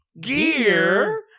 Gear